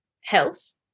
health